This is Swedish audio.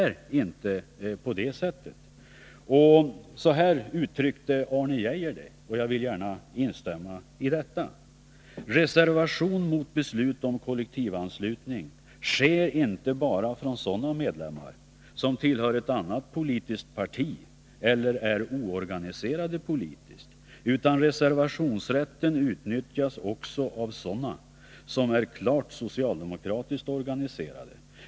Så här uttryckte Arne Geijer det, och jag vill gärna instämma i detta: ”Reservation mot beslut om kollektivanslutning sker inte bara från sådana medlemmar som tillhör ett annat politiskt parti eller är oorganiserade politiskt, utan reservationsrätten utnyttjas också av sådana som är klart socialdemokratiskt organiserade.